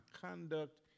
conduct